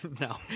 No